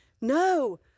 no